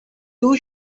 too